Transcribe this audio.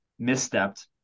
misstepped